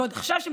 ועוד עכשיו,